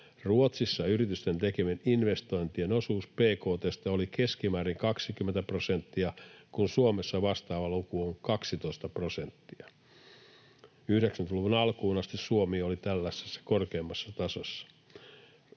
Ruotsissa yritysten tekemien investointien osuus bkt:stä oli keskimäärin 20 prosenttia, kun Suomessa vastaava luku on 12 prosenttia. 90-luvun alkuun asti Suomi oli tällaisessa korkeammassa tasossa.